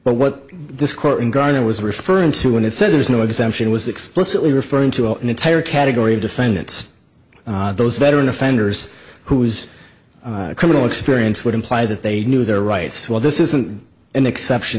but what this court in garner was referring to when it said there is no exemption was explicitly referring to an entire category of defendants those veteran offenders whose criminal experience would imply that they knew their rights well this isn't an exception